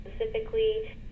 specifically